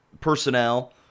personnel